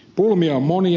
pulmia on monia